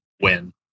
win